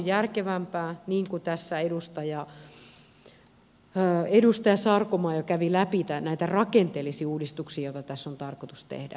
niin kuin tässä edustaja sarkomaa jo kävi läpi näitä rakenteellisia uudistuksia joita tässä on tarkoitus tehdä minusta se on paljon järkevämpää